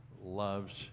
Loves